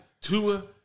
Tua